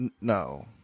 no